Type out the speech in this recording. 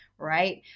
right